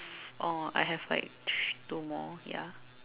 oh I have like thr~ two more ya